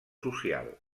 social